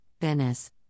Venice